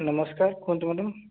ନମସ୍କାର କୁହନ୍ତୁ ମ୍ୟାଡ଼ାମ୍